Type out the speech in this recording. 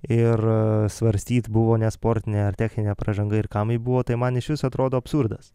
ir svarstyt buvo nesportinė ar techninė pražanga ir kam ji buvo tai man išvis atrodo absurdas